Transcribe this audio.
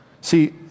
See